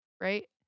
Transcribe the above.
right